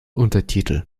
untertitel